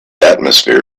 atmosphere